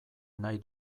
nahi